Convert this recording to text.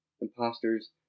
imposters